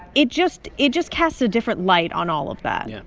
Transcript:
it just it just casts a different light on all of that yeah.